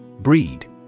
Breed